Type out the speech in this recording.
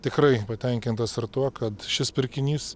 tikrai patenkintas ir tuo kad šis pirkinys